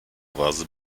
was